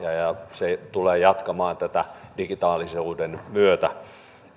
se tulee jatkamaan tätä digitaalisuuden myötä